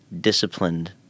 disciplined